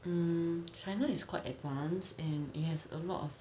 hmm china is quite advanced and it has a lot of